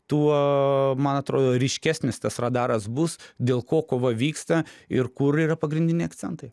tuo man atro ryškesnis tas radaras bus dėl ko kova vyksta ir kur yra pagrindiniai akcentai